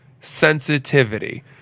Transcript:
sensitivity